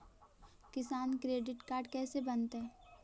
किसान credit card कैसे बनतै?